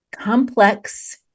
complex